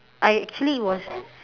I actually it was